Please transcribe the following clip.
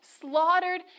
slaughtered